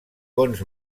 cons